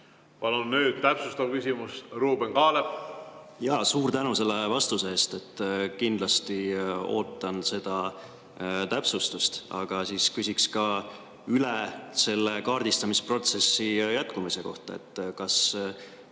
Palun nüüd täpsustav küsimus, Ruuben Kaalep! Suur tänu selle vastuse eest! Kindlasti ootan seda täpsustust. Aga küsiks ka üle selle kaardistamisprotsessi jätkumise kohta. Kas